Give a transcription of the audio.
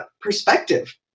perspective